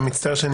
שאני